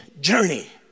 journey